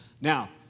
Now